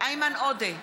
איימן עודה,